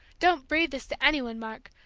don't breathe this to any one, mark,